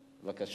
זה דבר לדעתי,